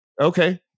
Okay